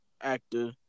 actor